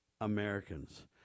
Americans